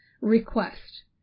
request